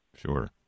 sure